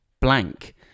blank